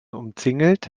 umzingelt